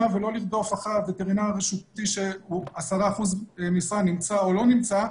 ולא לרדוף אחרי וטרינר רשותי שהוא ב-10% נמצא או לא נמצא,